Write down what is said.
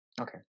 Okay